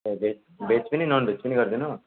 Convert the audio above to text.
ए भेज भेज पनि ननभेज पनि गरिदिनु